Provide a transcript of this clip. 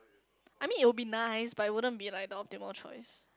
I mean it will be nice but it wouldn't be like the optimal choice